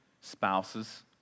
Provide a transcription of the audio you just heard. spouses